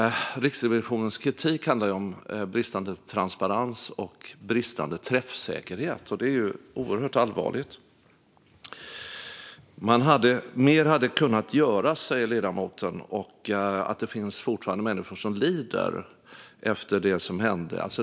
Riksrevisionens kritik handlar om bristande transparens och bristande träffsäkerhet. Det är oerhört allvarligt. Mer hade kunnat göras, säger ledamoten, och det finns fortfarande människor som lider efter det som hände.